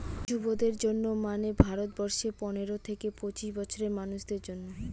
যুবদের জন্য মানে ভারত বর্ষে পনেরো থেকে পঁচিশ বছরের মানুষদের জন্য